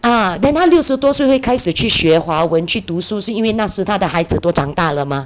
uh then 她六十多岁会开始去学华文去读书是因为那时她的孩子都长大了 mah